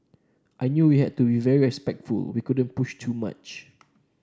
I knew we had to be very respectful we couldn't push too much